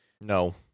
No